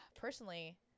personally